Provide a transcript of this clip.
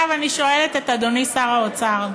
אני שואלת את אדוני שר האוצר,